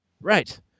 Right